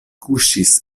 kuŝis